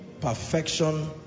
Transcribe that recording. perfection